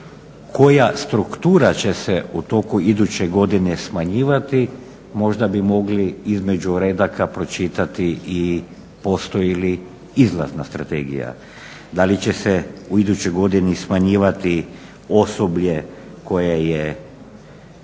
koja struktura će se u toku iduće godine smanjivati možda bi mogli između redaka pročitati i postoji li izlazna strategija, da li će se u idućoj godini smanjivati osoblje koje je